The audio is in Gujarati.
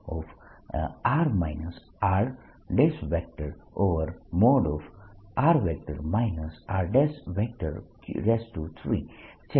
r rr r3 છે